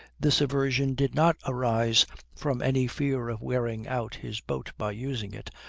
this aversion did not arise from any fear of wearing out his boat by using it,